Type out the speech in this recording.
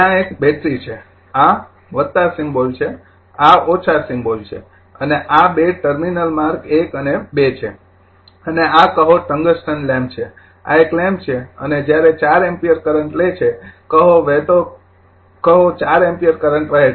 ત્યાં એક બેટરી છે આ સિમ્બોલ છે આ - સિમ્બોલ છે અને આ ૨ ટર્મિનલ માર્ક ૧ અને ૨ છે અને આ કહો ટંગસ્ટન લેમ્પ છે આ એક લેમ્પ છે અને જ્યારે ૪ એમ્પિયર કરંટ લે છે કહો વહેતો કહો ૪ એમ્પીયર કરંટ વહે છે